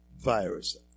virus